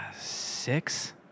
six